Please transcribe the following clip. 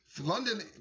London